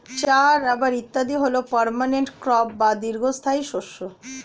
চা, রাবার ইত্যাদি হল পার্মানেন্ট ক্রপ বা দীর্ঘস্থায়ী শস্য